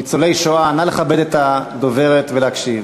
ניצולי שואה, נא לכבד את הדוברת ולהקשיב.